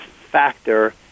factor